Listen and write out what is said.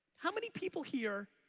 how many people here,